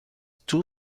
two